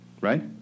right